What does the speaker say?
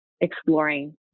exploring